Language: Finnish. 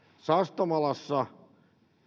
sastamalassa